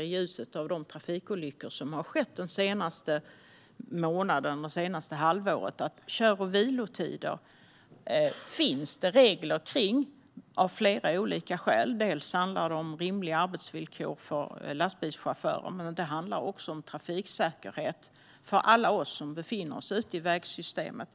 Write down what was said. i ljuset av de trafikolyckor som har skett det senaste halvåret och den senaste månaden tycker jag lite grann att man ska besinna att det finns flera olika skäl till att det finns regler kring kör och vilotider. Dels handlar det om rimliga arbetsvillkor för lastbilschaufförer, dels handlar det också om trafiksäkerhet för alla oss som befinner oss ute i vägsystemet.